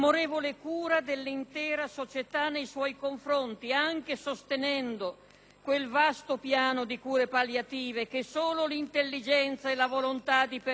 Colleghi, per cortesia,